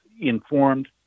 informed